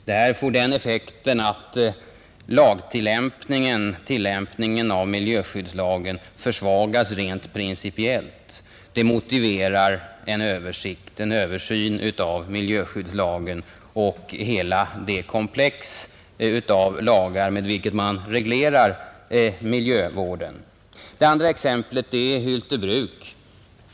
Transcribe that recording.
Detta får den effekten att tillämpningen av miljöskyddslagen försvagas rent principiellt, och det motiverar en översyn av miljöskyddslagen och hela det komplex av lagar med vilket man reglerar miljövården. Det andra exemplet är Hyltebruk.